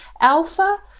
alpha